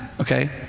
Okay